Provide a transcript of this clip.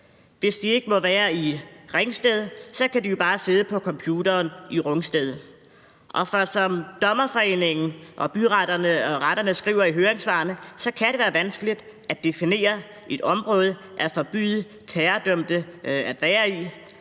Hvis de ikke må være i Ringsted, kan de jo bare sidde på computeren i Rungsted. Som Dommerforeningen, byretterne og retterne skriver i høringssvarene, kan det være vanskeligt at definere et område, som de terrordømte forbydes